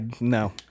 no